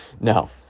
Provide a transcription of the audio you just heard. No